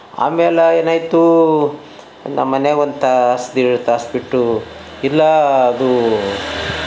ಆಮೇಲೆ ಏನಾಯಿತು ನಮ್ಮ ಮನ್ಯಾಗ ಒಂದು ತಾಸು ಎರಡು ತಾಸು ಬಿಟ್ಟು ಇಲ್ಲ ಅದೂ